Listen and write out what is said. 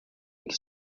que